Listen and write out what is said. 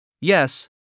Yes